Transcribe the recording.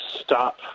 stop